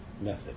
method